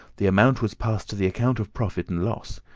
the amount was passed to the account of profit and loss.